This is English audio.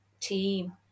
team